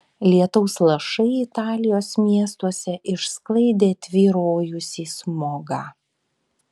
lietaus lašai italijos miestuose išsklaidė tvyrojusį smogą